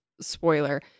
spoiler